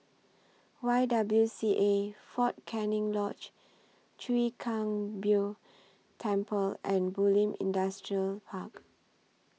Y W C A Fort Canning Lodge Chwee Kang Beo Temple and Bulim Industrial Park